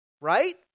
right